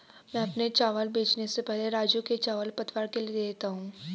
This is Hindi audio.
मैं अपने चावल बेचने के पहले राजू को चावल पतवार के लिए दे देता हूं